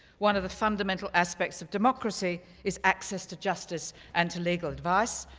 one of the fundamental aspects of democracy is access to justice and to legal advice.